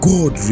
God